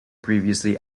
previously